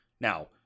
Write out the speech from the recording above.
Now